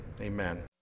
Amen